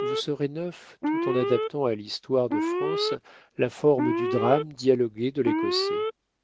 vous serez neuf tout en adaptant à l'histoire de france la forme du drame dialogué de l'écossais